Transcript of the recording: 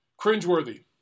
cringeworthy